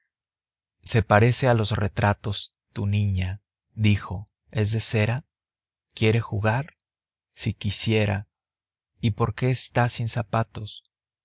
se parece a los retratos tu niña dijo es de cera quiere jugar si quisiera y por qué está sin zapatos